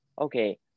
okay